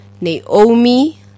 Naomi